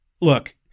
Look